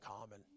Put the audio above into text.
common